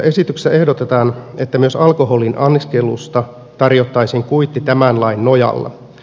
esityksessä ehdotetaan että myös alkoholin anniskelusta tarjottaisiin kuitti tämän lain nojalla